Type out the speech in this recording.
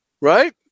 right